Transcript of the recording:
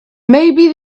maybe